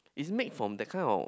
it's made from that kind of